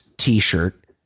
t-shirt